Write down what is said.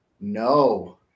No